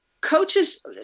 coaches